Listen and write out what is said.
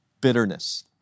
bitterness